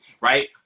right